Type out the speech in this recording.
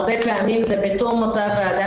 הרבה פעמים זה בתום אותה ועדה,